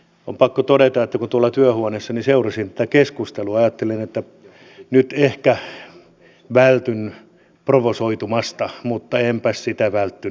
on pakko todeta että kun tuolla työhuoneessani seurasin tätä keskustelua ajattelin että nyt ehkä vältyn provosoitumasta mutta enpäs välttynytkään